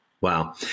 Wow